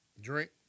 Drink